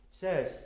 says